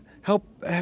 help